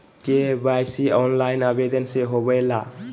KYC online आवेदन से होवे ला?